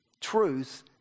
truth